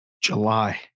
July